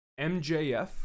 MJF